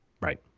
right